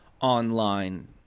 online